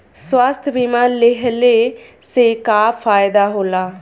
स्वास्थ्य बीमा लेहले से का फायदा होला?